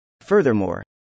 Furthermore